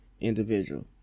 individual